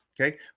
Okay